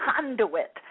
conduit